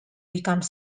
become